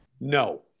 No